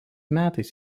metais